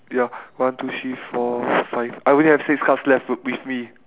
ya one two three four five I only have six cards left w~ with me